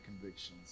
convictions